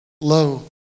low